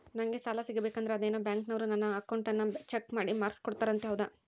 ನಂಗೆ ಸಾಲ ಸಿಗಬೇಕಂದರ ಅದೇನೋ ಬ್ಯಾಂಕನವರು ನನ್ನ ಅಕೌಂಟನ್ನ ಚೆಕ್ ಮಾಡಿ ಮಾರ್ಕ್ಸ್ ಕೊಡ್ತಾರಂತೆ ಹೌದಾ?